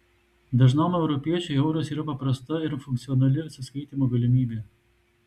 dažnam europiečiui euras yra paprasta ir funkcionali atsiskaitymo galimybė